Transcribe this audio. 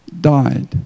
died